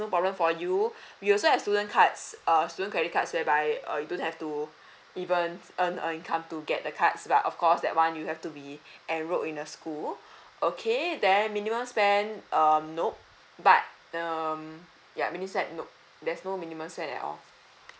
no problem for you we also have student cards err student credit cards whereby err you don't have to even earn a income to get the cards but of course that one you have to be enrolled in a school okay then minimum spend um nope but um ya minimum spend nope there's no minimum spend at all